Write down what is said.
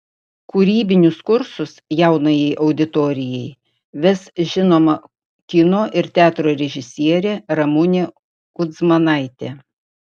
kūrybinius kursus jaunajai auditorijai ves žinoma kino ir teatro režisierė ramunė kudzmanaitė